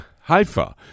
Haifa